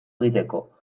egiteko